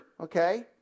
okay